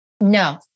No